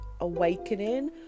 awakening